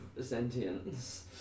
sentience